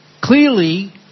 clearly